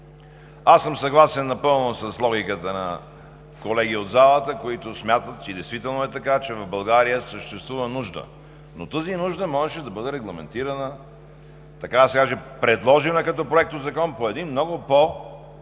Аз съм съгласен напълно с логиката на колеги от залата, които смятат, и действително е така, че в България съществува нужда. Но тази нужда можеше да бъде регламентирана, предложена като Законопроект по един много по-сериозен,